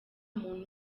muntu